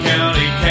County